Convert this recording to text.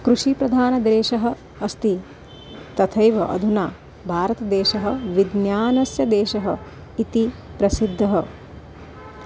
कृषिप्रधानदेशः अस्ति तथैव अधुना भारतदेशः विज्ञानस्य देशः इति प्रसिद्धः